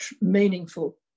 meaningful